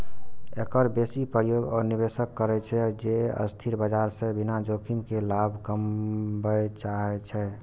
एकर बेसी प्रयोग ओ निवेशक करै छै, जे अस्थिर बाजार सं बिना जोखिम के लाभ कमबय चाहै छै